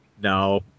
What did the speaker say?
No